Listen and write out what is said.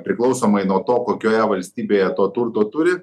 priklausomai nuo to kokioje valstybėje to turto turi